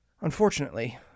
Unfortunately